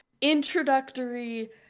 introductory